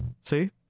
See